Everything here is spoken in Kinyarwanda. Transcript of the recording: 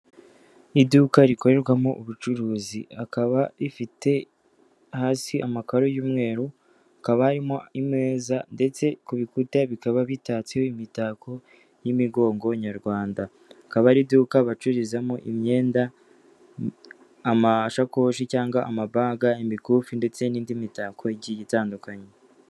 Iduka rikorerwamo ubucuruzikaba rifite hasi amakaro y'umweru hakaba harimo imeza ndetse ku bikuta bikaba bitatseho imitako y'imigongo nyarwanda, akaba ari iduka bacururizamo imyenda, amashakoshi cyangwa amabaga, imikufi ndetse n'indi mitako igiye itandukanye.